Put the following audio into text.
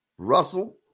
Russell